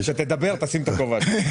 כשתדבר, תשים את הכובע השני.